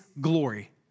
glory